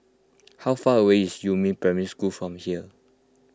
how far away is Yumin Primary School from here